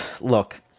Look